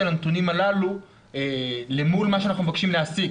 הנתונים הללו למול מה שאנחנו מבקשים להשיג,